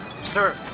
sir